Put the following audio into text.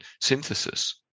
synthesis